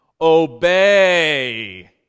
obey